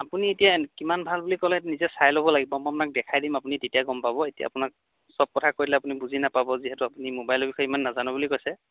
আপুনি এতিয়া কিমান ভাল বুলি ক'লে নিজে চাই ল'ব লাগিব মই আপোনাক দেখাই দিম আপুনি তেতিয়া গম পাব এতিয়া আপোনাক সব কথা কৈ দিলে আপুনি বুজি নাপাব যিহেতু আপুনি মোবাইলৰ বিষয়ে ইমান নাজানো বুলি কৈছে